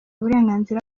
uburenganzira